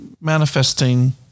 manifesting